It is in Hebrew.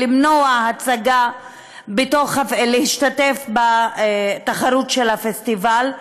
למנוע מהצגה להשתתף בתחרות של הפסטיבל,